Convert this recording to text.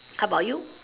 how about you